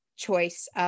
choice